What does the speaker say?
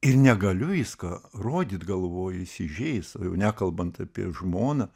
ir negaliu visko rodyt galvoju įsižeis o jau nekalbant apie žmoną